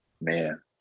man